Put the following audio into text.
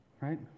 right